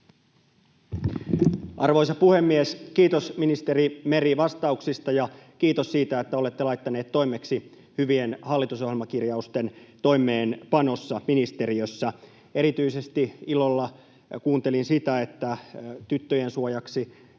Arvoisa puhemies! Kiitos vastauksista, ministeri Meri, ja kiitos siitä, että olette laittanut toimeksi hyvien hallitusohjelmakirjausten toimeenpanossa ministeriössä. Erityisesti ilolla kuuntelin sitä, että tyttöjen suojaksi